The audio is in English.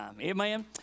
Amen